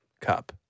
Cup